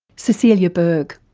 cecilia bergh.